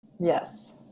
Yes